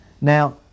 now